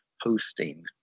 hosting